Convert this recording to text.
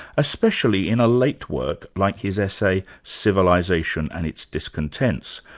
especially in a late work like his essay civilisation and its discontents,